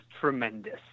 tremendous